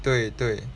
对对